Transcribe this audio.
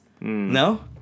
no